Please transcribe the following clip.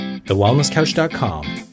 TheWellnessCouch.com